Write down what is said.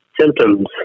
Symptoms